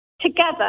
Together